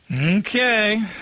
Okay